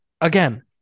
again